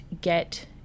get